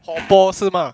火锅是吗